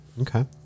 okay